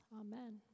amen